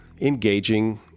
engaging